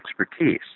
expertise